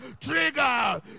trigger